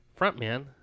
frontman